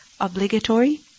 obligatory